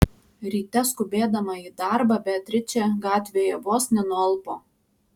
ryte skubėdama į darbą beatričė gatvėje vos nenualpo